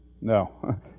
No